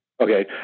Okay